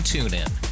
TuneIn